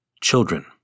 Children